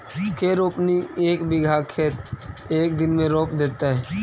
के रोपनी एक बिघा खेत के एक दिन में रोप देतै?